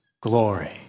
glory